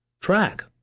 track